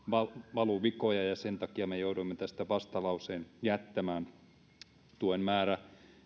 valuvikoja ja sen takia me jouduimme tästä vastalauseen jättämään tuen määrä